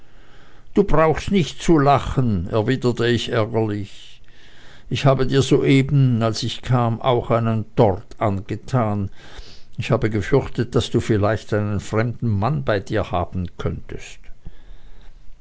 du brauchst nicht zu lachen erwiderte ich ärgerlich dich habe dir soeben als ich kam auch einen tort angetan ich habe gefürchtet daß du vielleicht einen fremden mann bei dir haben könntest